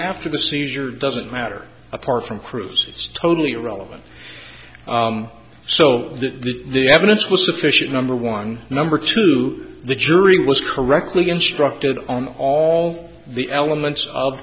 after the seizure doesn't matter apart from cruise it's totally irrelevant so the evidence was sufficient number one number two the jury was correctly instructed on all the elements of